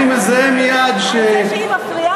אני מזהה מייד, על זה שהיא מפריעה כל כך יפה.